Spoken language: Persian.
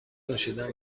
نوشیدن